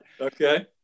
Okay